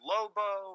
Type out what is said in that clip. Lobo